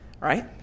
right